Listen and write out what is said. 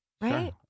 Right